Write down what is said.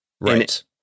Right